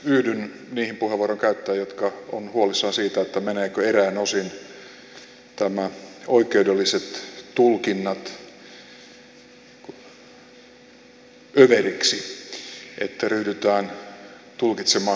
yhdyn niihin puheenvuoron käyttäjiin jotka ovat huolissaan siitä menevätkö eräin osin nämä oikeudelliset tulkinnat överiksi että ryhdytään tulkitsemaan hyvin rajoittavalla tavalla ja terveen talonpoikaisjärjen vastaisesti